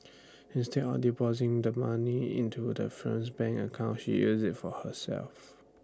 instead of depositing the money into the firm's bank account she used IT for herself